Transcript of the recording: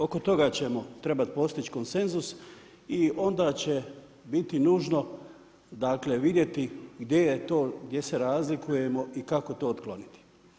Oko toga ćemo trebati postići konsenzus i onda će biti nužno vidjeti gdje se razlikujemo i kako to otkloniti.